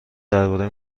درباره